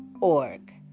org